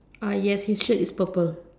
yes his shirt is purple